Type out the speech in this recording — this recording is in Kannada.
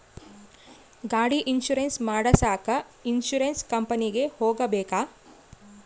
ಗಾಡಿ ಇನ್ಸುರೆನ್ಸ್ ಮಾಡಸಾಕ ಇನ್ಸುರೆನ್ಸ್ ಕಂಪನಿಗೆ ಹೋಗಬೇಕಾ?